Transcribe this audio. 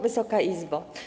Wysoka Izbo!